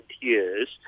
years